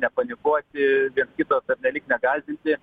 nepanikuoti viens kito pernelyg negąsdinti